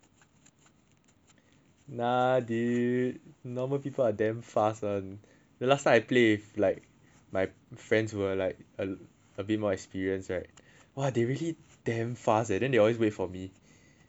no dude normal people are damn fast one the last time I played like like friends were like a a bit more experienced right oh they really damn fast and then they always wait for me then I feel damn paiseh